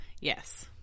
yes